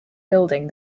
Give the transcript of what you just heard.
building